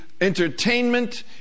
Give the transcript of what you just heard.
entertainment